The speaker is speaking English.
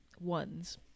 ones